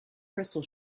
crystal